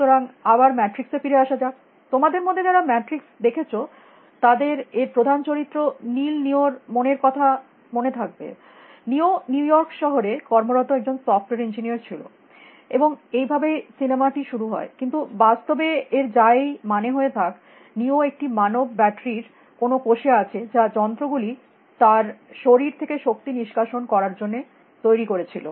সুতরাং আবার ম্যাট্রিক্স এ ফিরে আসা যাক তোমাদের মধ্যে যারা ম্যাট্রিক্স দেখেছ তাদের এর প্রধান চরিত্র নেইল নিও এর মনের কথা মনে থাকবে নিও নিউ ইয়র্ক শহরে কর্মরত একজন সফ্টওয়্যার ইঞ্জিনিয়ার ছিল এবং এইভাবেই সিনেমাটি শুরু হয় কিন্তু বাস্তবে এর যাই মানে হয়ে থাক নিও একটি মানব ব্যাটারী র কোনো কোষে আছে যা যন্ত্রগুলি তার শরীর থেকে শক্তি নিষ্কাশন করার জন্য তৈরী করে ছিল